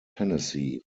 tennessee